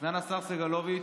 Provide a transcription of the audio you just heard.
סגן השר סגלוביץ',